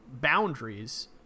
boundaries